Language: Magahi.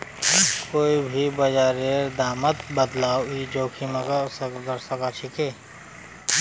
कोई भी बाजारेर दामत बदलाव ई जोखिमक दर्शाछेक